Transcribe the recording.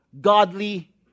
godly